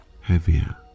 heavier